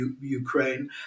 Ukraine